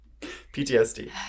PTSD